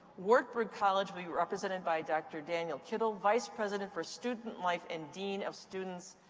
wartburg college will be represented by dr. daniel kittle, vice president for student life and dean of students.